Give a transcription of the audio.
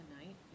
tonight